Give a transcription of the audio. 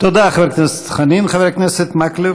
תודה, חבר הכנסת חנין.